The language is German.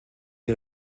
die